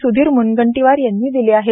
सुधीर मुनगंटीवार यांनी दिले आहेत